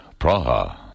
Praha